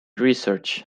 research